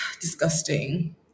disgusting